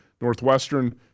northwestern